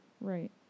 Right